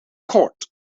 court